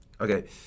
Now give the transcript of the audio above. Okay